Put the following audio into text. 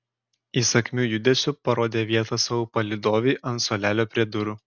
įsakmiu judesiu parodė vietą savo palydovei ant suolelio prie durų